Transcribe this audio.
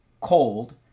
cold